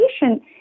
patient